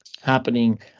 happening